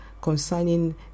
concerning